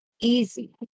easy